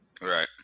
right